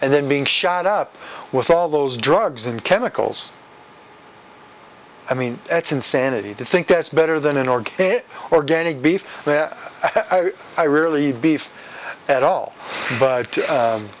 and then being shot up with all those drugs and chemicals i mean it's insanity to think that's better than an org organic beef i really beef at all